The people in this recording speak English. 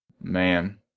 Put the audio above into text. Man